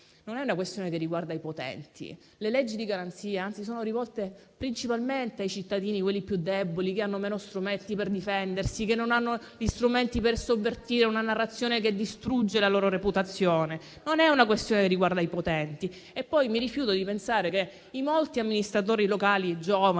Non è una questione che riguarda i potenti. Le leggi di garanzia, anzi, sono rivolte principalmente ai cittadini, a quelli più deboli, che hanno meno strumenti per difendersi, che non hanno strumenti per sovvertire una narrazione che distrugge la loro reputazione. Non è questione che riguarda i potenti. Poi, io mi rifiuto di pensare che i molti amministratori locali giovani